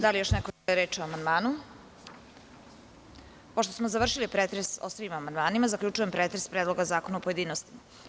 Da li još neko želi reč po amandmanu? (Ne) Pošto smo završili pretres o svim amandmanima, zaključujem pretres Predloga zakona u pojedinostima.